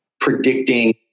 predicting